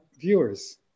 viewers